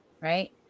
right